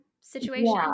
situation